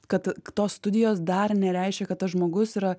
kad tos studijos dar nereiškia kad tas žmogus yra